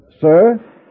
Sir